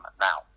now